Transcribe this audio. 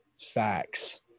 Facts